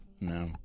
No